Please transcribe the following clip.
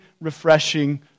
refreshing